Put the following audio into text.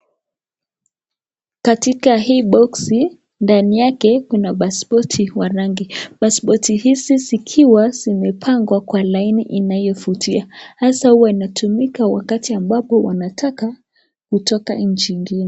Katika hii boksi, ndani yake kuna pasipoti wa rangi, pasipoti hizi zikiwa zimepangwa kwa laini inayovutia hasa huwa inatumika wakati ambapo wanataka kutoka nchi ingine.